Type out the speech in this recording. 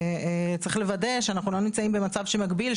צריך לוודא שאנחנו לא נמצאים במצב שמגביל.